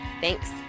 Thanks